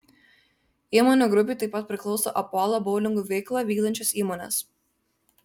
įmonių grupei taip pat priklauso apolo boulingų veiklą vykdančios įmonės